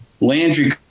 Landry